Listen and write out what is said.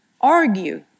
argue